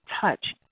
touch